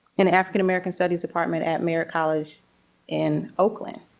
in african american studies department at merritt college in oakland.